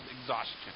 exhaustion